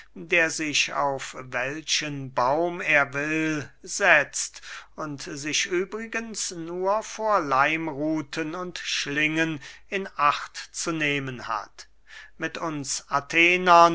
der sich auf welchen baum er will setzt und sich übrigens nur vor leimruthen und schlingen in acht zu nehmen hat mit uns athenern